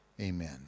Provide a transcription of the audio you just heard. amen